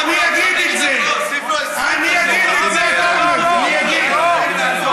אדוני, תוסיף לעיסאווי חמש דקות.